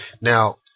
Now